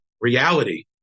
reality